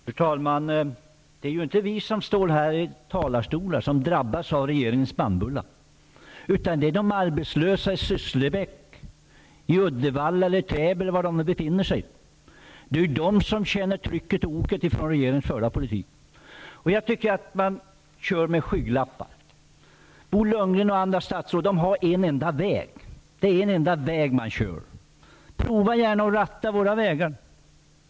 Fru talman! Det är ju inte vi som står här i talarstolarna som drabbas av regeringens bannbulla, utan det är de arbetslösa i Sysslebäck, Uddevalla, Täby eller var de nu befinner sig. Det är de som känner oket av den av regeringen förda politiken. Jag tycker att regeringen kör med skygglappar. Bo Lundgren och andra statsråd har en enda väg som de kör. Prova gärna att ratta våra vägar!